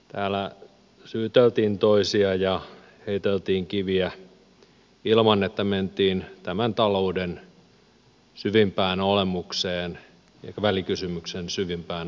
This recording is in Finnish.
täällä syyteltiin toisia ja heiteltiin kiviä ilman että mentiin talouden syvimpään olemukseen välikysymyksen syvimpään olemukseen ollenkaan